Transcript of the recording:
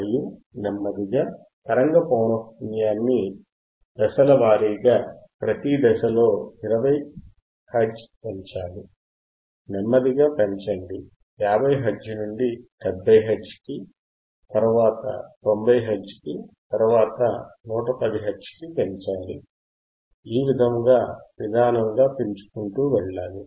మరియు నెమ్మదిగా తరంగ పౌనఃపున్యాన్ని దశలవారీగా ప్రతీ దశలో 20 హెర్ట్జ్ పెంచాలి నెమ్మదిగా పెంచండి 50 హెర్ట్జ్ నుండి 70 హెర్ట్జ్ కి తరువాత 90 హెర్ట్జ్ కి తరువాత 110 హెర్ట్జ్ కి పెంచాలి ఈ విధముగా నిదానముగా పెంచుకుంటూ వెళ్ళాలి